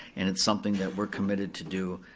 and it's something that we're committed to do,